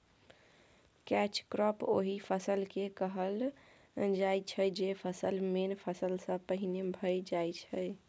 catch crop ओहि फसल केँ कहल जाइ छै जे फसल मेन फसल सँ पहिने भए जाइ छै